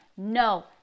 No